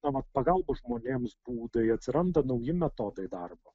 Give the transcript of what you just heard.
na vat pagalbos žmonėms būdai atsiranda nauji metodai darbo